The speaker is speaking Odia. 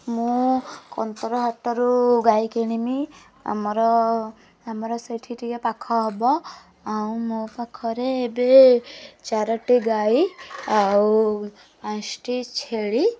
ମୁଁ କନ୍ତର ହାଟରୁ ଗାଈ କିଣିଲି ଆମର ଆମର ସେଇଠି ଟିକେ ପାଖ ହେବ ଆଉ ମୋ ପାଖରେ ଏବେ ଚାରୋଟି ଗାଈ ଆଉ ପାଞ୍ଚଟି ଛେଳି